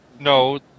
No